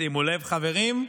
שימו לב, חברים,